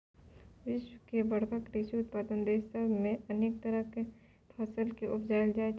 विश्व के बड़का कृषि उत्पादक देस सब मे अनेक तरह केर फसल केँ उपजाएल जाइ छै